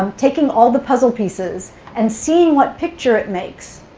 um taking all the puzzle pieces and seeing what picture it makes,